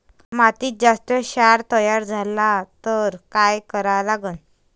मातीत जास्त क्षार तयार झाला तर काय करा लागन?